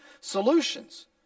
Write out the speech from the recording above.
solutions